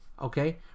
Okay